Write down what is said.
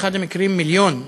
ובאחד המקרים גם מיליון,